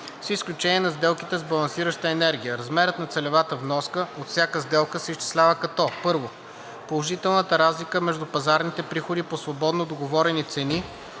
с изключение на сделките с балансираща енергия. Размерът на целевата вноска от всяка сделка се изчислява като: 1. положителната разлика между пазарните приходи по свободно договорени цени